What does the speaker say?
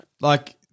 Like-